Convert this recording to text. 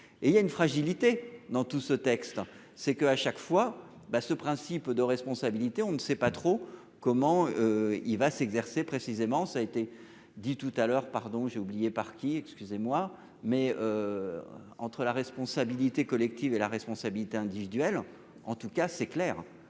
et il y a une fragilité dans tout ce texte c'est que à chaque fois ben ce principe de responsabilité, on ne sait pas trop comment il va s'exercer, précisément, ça a été dit tout à l'heure, pardon, j'ai oublié par qui. Excusez-moi mais. Entre la responsabilité collective et la responsabilité individuelle en tout cas c'est clair.